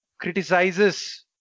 criticizes